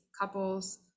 couples